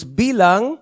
bilang